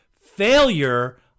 failure